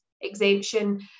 exemption